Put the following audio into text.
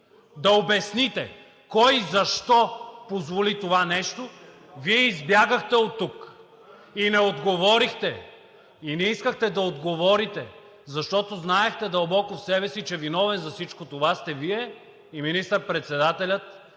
да обясните кой и защо позволи това нещо, Вие избягахте оттук и не отговорихте. Не искахте да отговорите, защото дълбоко в себе си знаехте, че виновен за всичко това сте Вие и министър-председателят